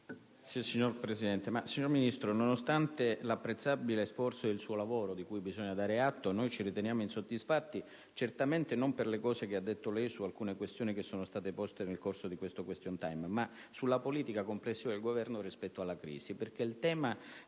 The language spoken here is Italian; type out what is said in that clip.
Signor Presidente, signor Ministro, nonostante l'apprezzabile sforzo del suo lavoro, di cui bisogna darle atto, noi ci riteniamo insoddisfatti non per le cose che ha detto su alcune questioni poste nel corso del *question time*, ma sulla politica complessiva del Governo rispetto alla crisi. Infatti, il tema